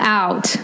out